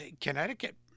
Connecticut